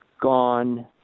gone